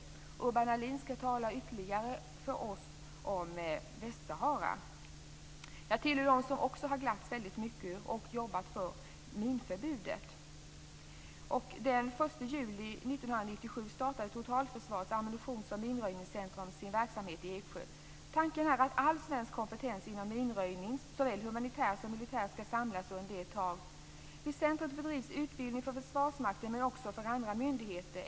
Urban Ahlin skall tala ytterligare för oss om Västsahara. Jag tillhör också dem som har glatts väldigt mycket åt, och jobbat för, minförbudet. Den 1 juli 1997 startade totalförsvarets ammunitions och minröjningscentrum sin verksamhet i Eksjö. Tanken är att all svensk kompetens inom minröjning, såväl humanitär som militär, skall samlas under ett tak. Vid centrumet bedrivs utbildning för Försvarsmakten, men också för andra myndigheter.